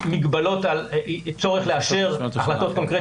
גם לך יש מגבלות כוח, למרות שאתה לא חושב.